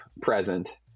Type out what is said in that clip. present